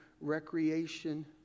recreation